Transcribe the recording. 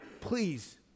please